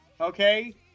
okay